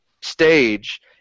stage